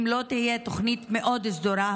אם לא תהיה תוכנית מאוד סדורה,